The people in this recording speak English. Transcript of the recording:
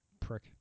Prick